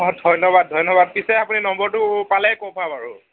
ধন্যবাদ ধন্যবাদ পিছে আপুনি নাম্বাৰটো পালে ক'ৰ পৰা বাৰু